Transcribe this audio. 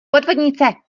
podvodnice